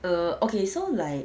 err okay so like